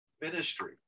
ministry